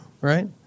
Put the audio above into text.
Right